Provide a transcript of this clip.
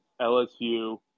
LSU